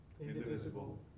indivisible